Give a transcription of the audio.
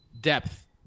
depth